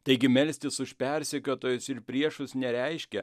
taigi melstis už persekiotojus ir priešus nereiškia